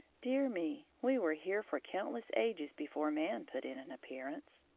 dear me! we were here for countless ages before man put in an appearance.